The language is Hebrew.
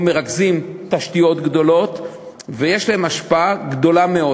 או שהם מרכזים תשתיות גדולות ויש להם השפעה גדולה מאוד.